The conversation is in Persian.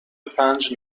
پنج